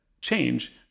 change